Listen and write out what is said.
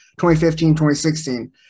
2015-2016